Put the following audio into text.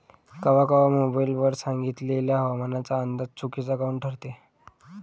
कवा कवा मोबाईल वर सांगितलेला हवामानाचा अंदाज चुकीचा काऊन ठरते?